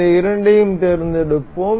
இந்த இரண்டையும் தேர்ந்தெடுப்போம்